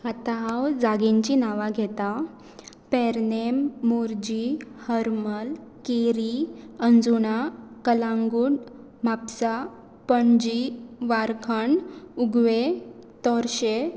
आतां हांव जागेचीं नांवां घेेतां पेरनेम मोर्जी हर्मल केरी अंजुणा कलांगूण म्हापसा पणजी वारखंड उगवें तोर्शें